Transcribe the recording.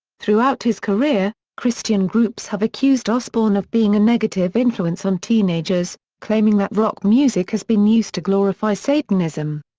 throughout his career, christian groups have accused osbourne of being a negative influence on teenagers, claiming that rock music has been used to glorify satanism.